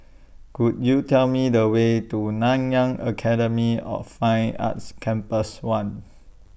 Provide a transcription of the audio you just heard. Could YOU Tell Me The Way to Nanyang Academy of Fine Arts Campus one